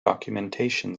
documentation